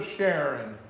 Sharon